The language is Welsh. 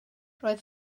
roedd